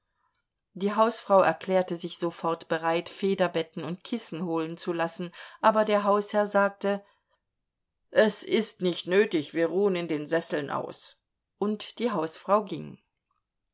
die hausfrau erklärte sich sofort bereit federbetten und kissen holen zu lassen aber der hausherr sagte es ist nicht nötig wir ruhen in den sesseln aus und die hausfrau ging